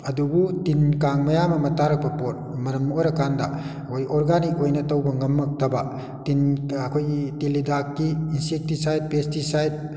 ꯑꯗꯨꯕꯨ ꯇꯤꯟ ꯀꯥꯡ ꯃꯌꯥꯝ ꯑꯃ ꯇꯥꯔꯛꯄ ꯄꯣꯠ ꯃꯔꯝ ꯑꯣꯏꯔꯀꯥꯟꯗ ꯑꯩꯈꯣꯏ ꯑꯣꯔꯒꯥꯅꯤꯛ ꯑꯣꯏꯅ ꯇꯧꯕ ꯉꯝꯃꯛꯇꯕ ꯇꯤꯟ ꯑꯩꯈꯣꯏꯒꯤ ꯇꯤꯜ ꯍꯤꯗꯥꯛꯀꯤ ꯏꯟꯁꯦꯛꯇꯤꯁꯥꯏꯠ ꯄꯦꯁꯇꯤꯁꯥꯏꯠ